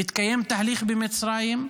מתקיים תהליך במצרים.